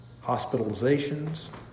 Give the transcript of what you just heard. hospitalizations